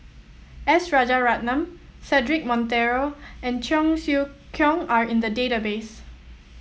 S Rajaratnam Cedric Monteiro and Cheong Siew Keong are in the database